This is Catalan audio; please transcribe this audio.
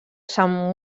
sant